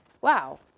wow